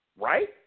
right